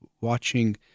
watching